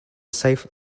safe